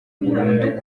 burundu